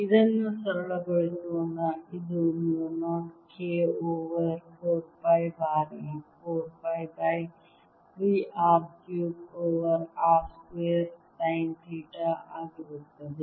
ಇದನ್ನು ಸರಳಗೊಳಿಸೋಣ ಇದು ಮ್ಯೂ 0 K ಓವರ್ 4 ಪೈ ಬಾರಿ 4 pi by 3 R cube over r square sine theta ಆಗಿರುತ್ತದೆ